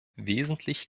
wesentlich